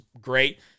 great